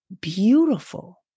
beautiful